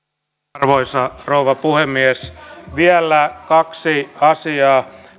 arvoisa rouva puhemies vielä kaksi asiaa